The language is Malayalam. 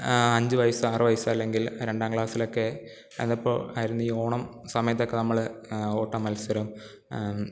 അഞ്ച് വയസ്സ് ആറ് വയസ്സ് അല്ലെങ്കിൽ രണ്ടാം ക്ലാസ്സിലൊക്കെ അതിപ്പോൾ ആയിരുന്നു ഈ ഓണം സമയത്തൊക്കെ നമ്മൾ ഓട്ടമത്സരം